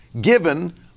given